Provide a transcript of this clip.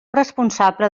responsable